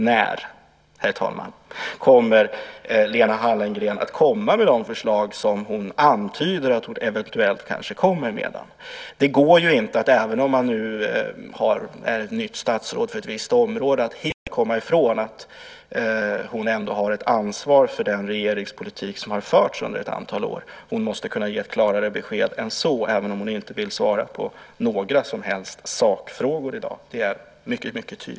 När kommer Lena Hallengren med de förslag som hon antyder att hon eventuellt kommer med? Det går inte, även om hon är nytt statsråd för ett visst område, att helt komma ifrån att hon ändå har ett ansvar för den regeringspolitik som har förts under ett antal år. Hon måste kunna ge klarare besked, även om det är mycket tydligt att hon inte vill svara på några som helst sakfrågor i dag.